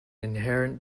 inherent